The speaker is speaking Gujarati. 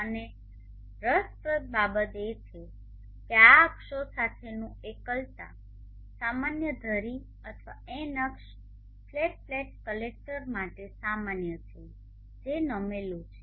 અને રસપ્રદ બાબત એ છે કે આ અક્ષો સાથેનું એકલતા સામાન્ય ધરી અથવા એન અક્ષ ફ્લેટ પ્લેટ કલેક્ટર માટે સામાન્ય છે જે નમેલું છે